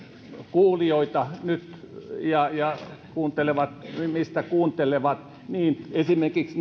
kuulijoita nyt kuuntelevat mistä kuuntelevat että esimerkiksi